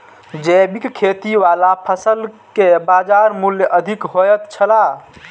जैविक खेती वाला फसल के बाजार मूल्य अधिक होयत छला